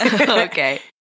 Okay